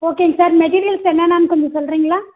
ஓகேங்க sir materials என்னென்னன்னு கொஞ்சம் சொல்கிறிங்களா